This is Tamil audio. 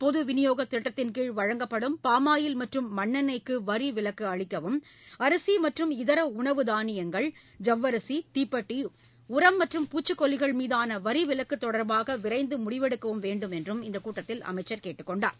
பொதுவிநியோகதிட்டத்தின்கீழ் வழங்கப்படும் மண்ண்ணை க்குவரிவிலக்குஅளிக்கவும் அரிசிமற்றும் இதரஉணவு தானியங்கள் சவ்வரிசி தீப்பெட்டி உரம் மற்றும் பூச்சிக் கொல்லிகள் மீதானவரிவிலக்குதொடர்பாகவிரைந்துமுடிவெடுக்கவேண்டும் என்றும் இந்தக் கூட்டத்தில் அமைச்சர் கேட்டுக் கொண்டார்